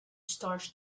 starts